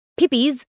Pippies